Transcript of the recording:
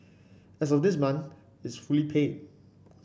as of this month it's fully paid